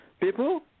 People